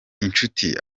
inshuti